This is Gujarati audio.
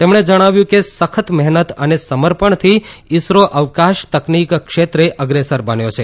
તેમણે જણાવ્યું કે સખત મહેનત અન સમર્પણથી ઇસરો અવકાશ તકનીક ક્ષેત્રે અગ્રેસર બન્યો છે